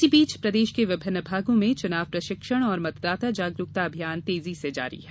इसी बीच प्रदेश के विभिन्न भागों में चुनाव प्रशिक्षण और मतदाता जागरूकता अभियान तेजी से जारी है